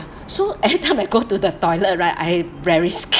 so everytime I go to the toilet right I very sca~